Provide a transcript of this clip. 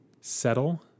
settle